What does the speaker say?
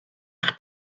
eich